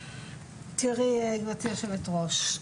גבירתי היושבת ראש,